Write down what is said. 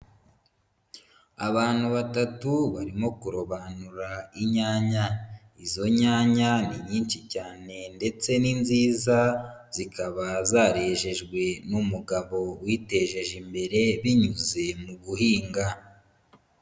Abantu batatu barimo kurobanura inyanya. Izo nyanya ni nyinshi cyane ndetse ni nziza, zikaba zarejejwe n'umugabo witejeje imbere binyuze mu guhinga.